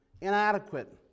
inadequate